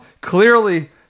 Clearly